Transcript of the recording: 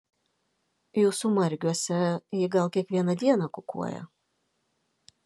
jūsų margiuose ji gal kiekvieną dieną kukuoja